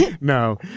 No